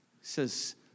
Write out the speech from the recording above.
says